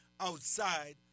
outside